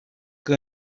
que